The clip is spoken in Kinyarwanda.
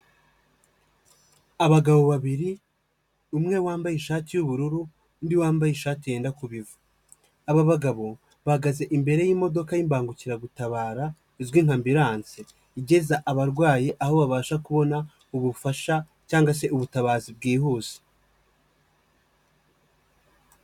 Abagabo babiri umwe wambaye ishati y'ubururu undi wambaye ishati yenda kuba ivu, aba bagabo bahagaze imbere y'imodoka y'imbangukiragutabara izwi nk'ambiranse igeza abarwayi aho babasha kubona ubufasha cyangwa se ubutabazi bwihuse.